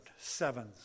sevens